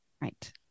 Right